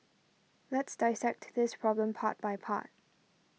let's dissect this problem part by part